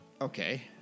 Okay